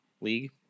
league